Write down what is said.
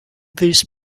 these